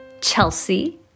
Chelsea